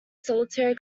solitary